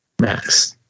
max